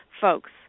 folks